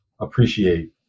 appreciate